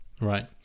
right